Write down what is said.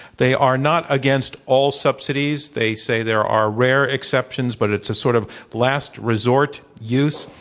they are not against all subsidies. they say there are rare excepti ons, but it's a sort of last resort use.